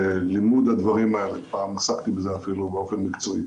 ובלימוד הדברים פעם עסקתי בזה באופן מקצועי.